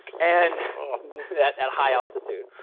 and at at high altitude.